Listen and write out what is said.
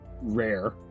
rare